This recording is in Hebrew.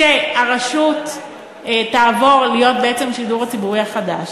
שהרשות תעבור להיות בעצם השידור הציבורי החדש,